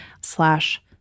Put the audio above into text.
slash